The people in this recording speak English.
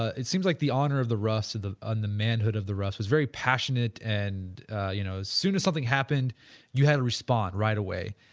it seems like the honor of the roughs on the and manhood of the roughs is very passionate and you know as soon as something happened you had to respond right away.